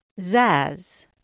Zaz